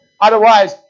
Otherwise